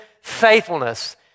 faithfulness